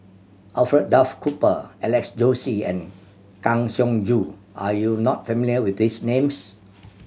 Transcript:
Alfred Duff Cooper Alex Josey and Kang Siong Joo are you not familiar with these names